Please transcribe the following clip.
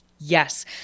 Yes